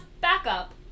backup